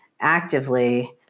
actively –